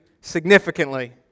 significantly